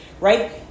right